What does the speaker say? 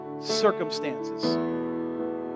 circumstances